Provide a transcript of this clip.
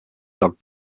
dog